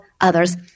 others